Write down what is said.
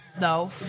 No